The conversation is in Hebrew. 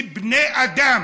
כבני אדם,